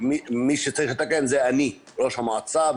מי שצריך לתקן זה אני, ראש המועצה.